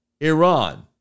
Iran